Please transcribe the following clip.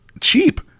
cheap